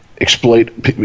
exploit